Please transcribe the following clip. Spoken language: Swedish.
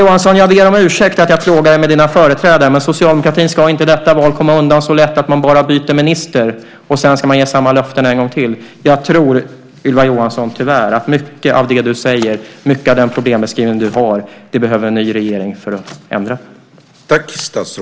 Jag ber om ursäkt att jag plågar dig med dina företrädare, Ylva Johansson, men socialdemokratin ska inte detta val komma undan så lätt att man bara byter minister och sedan ger samma löften en gång till. Jag tror tyvärr, Ylva Johansson, att mycket av den problembeskrivning du har behövs det en ny regering för att ändra på.